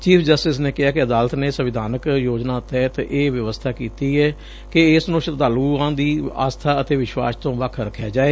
chief justice ਨੇ ਕਿਹਾ ਕਿ ਅਦਾਲਤ ਨੇ ਸੰਵਿਧਾਨਕ ਯੋਜਨਾ ਤਹਿਤ ਇਹ ਵਿਵਸਥਾ ਕੀਤੀ ਏ ਕਿ ਇਸ ਨੰ ਸ਼ਰਧਾਲੁਆਂ ਦੀ ਆਸਬਾ ਅਤੇ ਵਿਸ਼ਵਾਸ ਤੋਂ ਵੱਖ ਰਖਿਆ ਜਾਵੇ